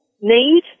need